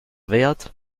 wert